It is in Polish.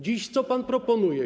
Dziś co pan proponuje?